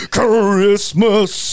Christmas